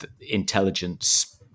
intelligence